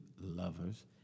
lovers